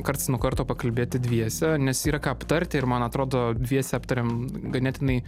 karts nuo karto pakalbėti dviese nes yra ką aptarti ir man atrodo dviese aptariamm ganėtinai